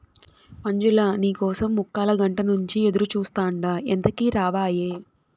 మంజులా, నీ కోసం ముక్కాలగంట నుంచి ఎదురుచూస్తాండా ఎంతకీ రావాయే